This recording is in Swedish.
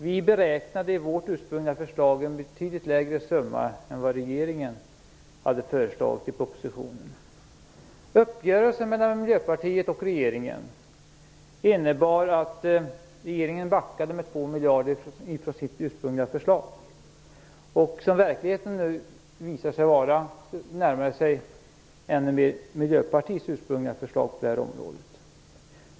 Vi beräknade i vårt ursprungliga förslag en betydligt lägre summa än vad regeringen hade föreslagit i propositionen. Uppgörelsen mellan Miljöpartiet och regeringen innebar att regeringen backade med 2 miljarder från sitt ursprungliga förslag. Som verkligheten nu visar sig vara närmar det sig ännu mer Miljöpartiets ursprungliga förslag på det här området.